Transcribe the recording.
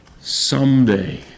Someday